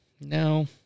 No